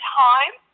time